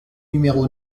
numéro